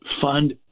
fund